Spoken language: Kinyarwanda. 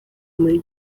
muri